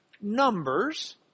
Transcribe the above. numbers